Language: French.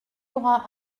aura